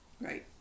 Right